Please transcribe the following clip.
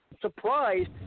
surprised